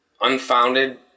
unfounded